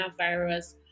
coronavirus